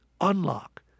unlock